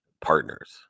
partners